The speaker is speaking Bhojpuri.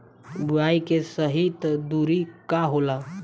बुआई के सही दूरी का होला?